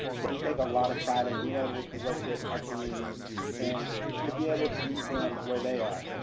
but we take a lot of pride in and being able to work with our community and to be able to meet them where they are.